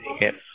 Yes